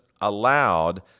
allowed